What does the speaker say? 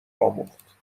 آموخت